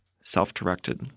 self-directed